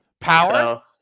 Power